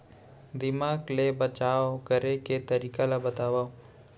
दीमक ले बचाव करे के तरीका ला बतावव?